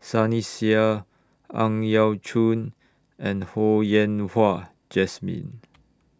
Sunny Sia Ang Yau Choon and Ho Yen Wah Jesmine